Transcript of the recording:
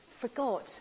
forgot